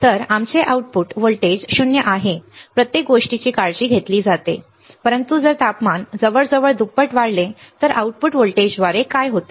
तर आमचे output voltage 0 बरोबर आहे प्रत्येक गोष्टीची काळजी घेतली जाते परंतु जर तापमान जवळजवळ दुप्पट वाढले तर आउटपुट व्होल्टेजद्वारे काय होते